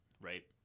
right